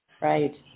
right